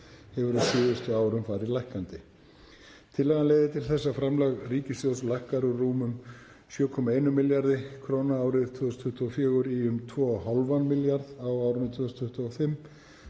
hefur á síðustu árum farið lækkandi. Tillagan leiðir til þess að framlag ríkissjóðs lækkar úr rúmum 7,1 milljarði kr. árið 2024 í um 2,5 milljarða kr. á árinu 2025